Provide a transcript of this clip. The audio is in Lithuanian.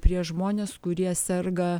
prieš žmones kurie serga